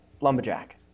lumberjack